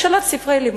השאלת ספרי לימוד.